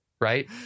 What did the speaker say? Right